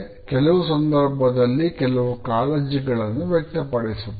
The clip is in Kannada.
ಕೆಲವು ಸಂದರ್ಭದಲ್ಲಿ ಕೆಲವು ಕಾಳಜಿಗಳನ್ನು ವ್ಯಕ್ತಪಡಿಸಿರುತ್ತಾರೆ